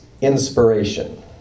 inspiration